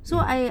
mm